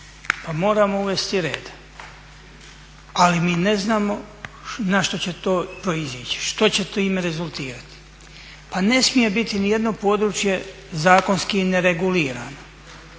pa moramo uvesti red, ali mi ne znamo na što će to proizići, što će time rezultirati. Pa ne smije biti ni jedno područje zakonski neregulirano.